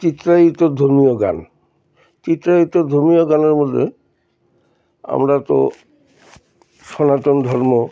চিত্রায়িত ধর্মীয় গান চিত্রায়িত ধর্মীয় গানের মধ্যে আমরা তো সনাতন ধর্ম